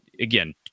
again